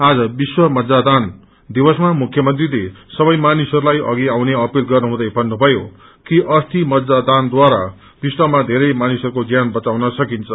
आज विश्व मज्जा दान दिवसमा मुख्य मंत्रीले सबै मानिसहरूलाई अघि आउने अपील गर्नुहुँदै भन्नुभयो कि अस्थि मज्जा दानद्वारा विश्वमा धेरै मानिसहरूको ज्यान बचाउन सकिन्छ